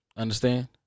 understand